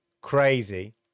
Crazy